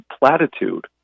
platitude